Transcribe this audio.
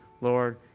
Lord